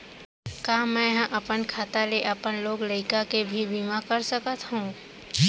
का मैं ह अपन खाता ले अपन लोग लइका के भी बीमा कर सकत हो